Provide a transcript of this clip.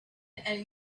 and